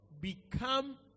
Become